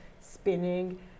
spinning